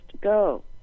go